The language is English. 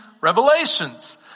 Revelations